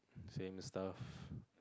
same stuff